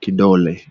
kidole.